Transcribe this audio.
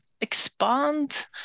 expand